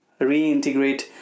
reintegrate